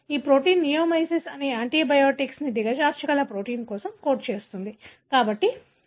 ఈ protein neomycin అనే యాంటీబయాటిక్ను దిగజార్చగల ప్రోటీన్ కోసం కోడ్ చేస్తుంది